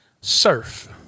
surf